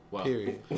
Period